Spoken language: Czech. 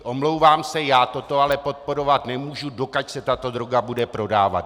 Omlouvám se, já toto ale podporovat nemůžu, dokud se tato droga bude prodávat.